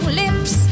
lips